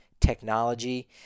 technology